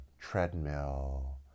Treadmill